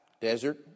Desert